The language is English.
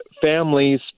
families